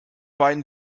beiden